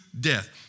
death